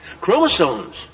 chromosomes